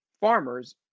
farmers